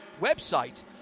website